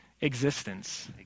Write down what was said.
Existence